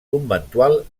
conventual